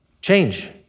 Change